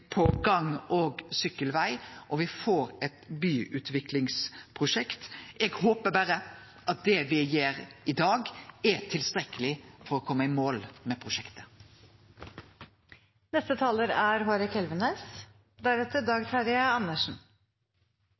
på gang- og sykkelveg. Og me får eit byutviklingsprosjekt. Eg håpar berre at det me gjer i dag, er tilstrekkeleg for å kome i mål med